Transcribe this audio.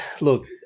look